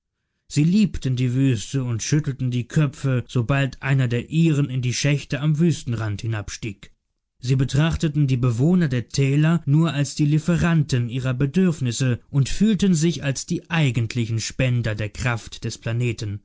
sie liebten die wüste und schüttelten die köpfe sobald einer der ihren in die schächte am wüstenrand hinabstieg sie betrachteten die bewohner der täler nur als die lieferanten ihrer bedürfnisse und fühlten sich als die eigentlichen spender der kraft des planeten